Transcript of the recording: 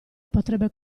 potrebbe